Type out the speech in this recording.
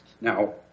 Now